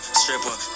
stripper